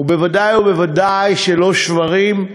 ודאי וודאי שלא שברים.